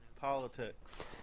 politics